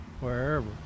wherever